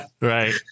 Right